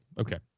Okay